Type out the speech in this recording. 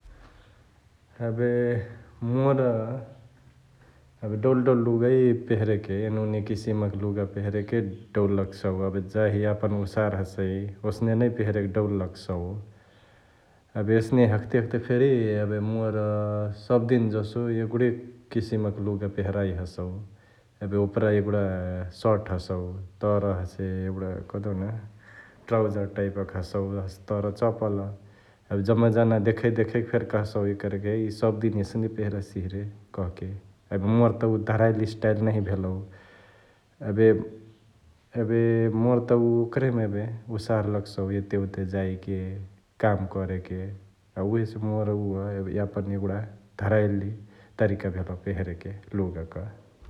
एबे मोर एबे डौल डौल लुगई पेहेरेके एनुने किसिमक लुगा पेहेरेके डौल लगसौ एबे जाही यापन उसार हसै ओसने नै पेहेरेके डौल लगसौ । एबे यसने हख्ते हख्से फेरी एबे मोर सबदिन जसो एगुडे किसिमक लुगा पेहराइ हसौ, एबे ओपरा एगुडा सर्ट हसौ तर हसे एगुडा कहदेउन ट्राउजर टाईपक हसौ हसे तर चप्पल । एबे जम्मा जना देखैक देखैक फेरी कह्सउ एकरेके इ सबदिन एसने पेहेरसिहे रे कहके, एबे मोर त उ धरइली स्टाईल नहिया भेलौ । एबे...एबे मोर त उकरही मा एबे उसार लगसौ एते ओते जाइके, काम करेके उहेसे मोर उ एबे यापन एगुडा धाराइली तरिका भेलौ पेहेरेके लुगाक ।